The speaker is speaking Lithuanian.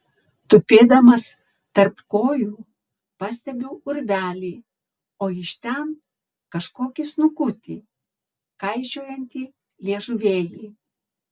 tupėdamas tarp kojų pastebiu urvelį o iš ten kažkokį snukutį kaišiojantį liežuvėlį